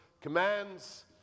commands